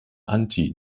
anti